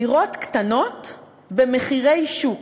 דירות קטנות במחירי שוק.